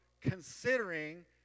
considering